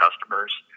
customers